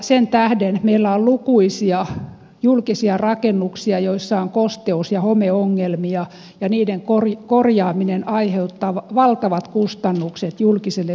sen tähden meillä on lukuisia julkisia rakennuksia joissa on kosteus ja homeongelmia ja niiden korjaaminen aiheuttaa valtavat kustannukset julkiselle sektorille